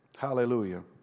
Hallelujah